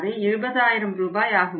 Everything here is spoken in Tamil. அது 20000 ரூபாய் ஆகும்